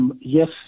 Yes